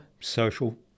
social